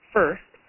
First